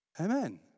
Amen